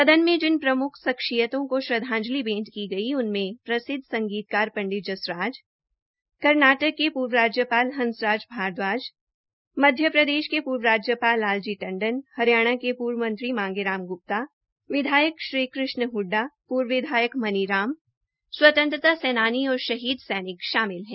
सदन में जिन प्रमख शख्सियतों को श्रद्वांजलि दी गई उनमें प्रसिद्व संगीतकार पंडित जसराज कर्नाटक के पूर्व राज्यपाल हंसरात भारद्वाज मध्यप्रदेश के पूर्व राज्यपाल लाल जी टंडन हरियाणा के पूर्व मंत्री मांगे राम ग्प्ता विधायक श्री कृष्ण ह्ड्डा पूर्व विधायक मनी राम स्वतंत्रता सेनानी और शहीदी सैनिक शामिल है